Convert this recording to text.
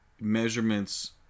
measurements